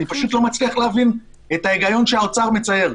אני פשוט לא מצליח להבין את ההיגיון שהאוצר מצייר,